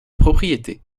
propriété